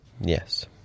Yes